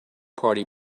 party